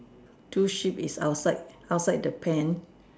two sheep is outside outside the pen